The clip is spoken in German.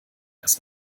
dass